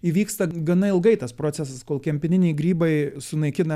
įvyksta gana ilgai tas procesas kol kempininiai grybai sunaikina